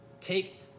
Take